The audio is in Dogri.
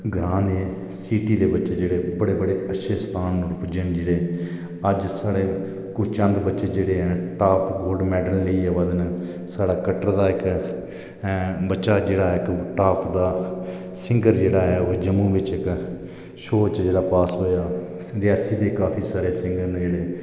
ग्रां दे सिटी दे बच्चे जेहड़े बड़े बड़े अच्छे स्थान उप्पर पुज्जे ना जेहड़े अज्ज साढ़े कुछ चंद बच्चे जेहड़े न टाप गोल्ड मैडल लेइयै अबा दे ना साढ़े कटरा दा इक है बच्चा जेहड़ा टाप सिंगर जेहड़ा ऐ ओह् जम्मू बिच इक शो च जेहड़ा पास होआ रियासी दे काफी सारे सिंगर ना जेहड़े